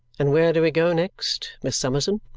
and where do we go next, miss summerson?